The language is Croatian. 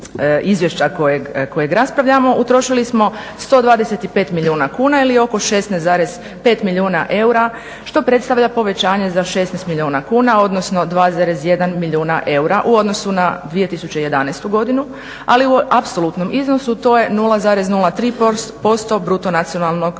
izvješća kojeg raspravljamo utrošili smo 125 milijuna kuna ili oko 16,5 milijuna eura što predstavlja povećanje za 16 milijuna kuna odnosno 2,1 milijuna eura u odnosu na 2011. godinu. Ali u apsolutnom iznosu to je 0,03% bruto nacionalnog